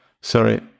Sorry